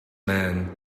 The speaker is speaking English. man